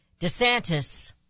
DeSantis